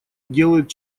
делают